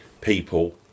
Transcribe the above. people